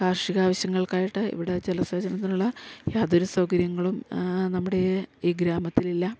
കാർഷികാവശ്യങ്ങൾക്കായിട്ട് ഇവിടെ ജലസേചനത്തിനുള്ള യാതൊരു സൗകര്യങ്ങളും നമ്മുടെയീ ഈ ഗ്രാമത്തിലില്ല